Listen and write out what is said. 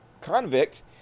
convict